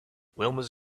wilma’s